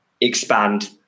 expand